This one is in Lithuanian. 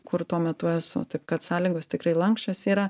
kur tuo metu esu taip kad sąlygos tikrai lanksčios yra